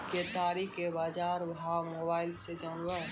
केताड़ी के बाजार भाव मोबाइल से जानवे?